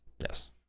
Yes